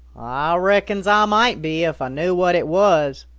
ah reckons ah might be if ah knew what it was,